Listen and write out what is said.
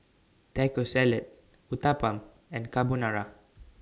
Taco Salad Uthapam and Carbonara